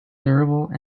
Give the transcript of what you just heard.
durable